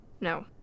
No